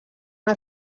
una